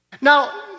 Now